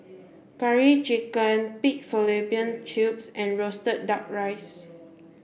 curry chicken pig fallopian tubes and roasted duck rice